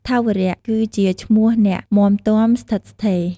ថាវរៈ គឺជាមនុស្សអ្នកមាំទាំ ស្ថិតស្ថេរ ។